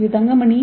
இது தங்க மணி